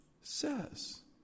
says